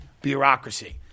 bureaucracy